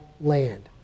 land